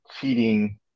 cheating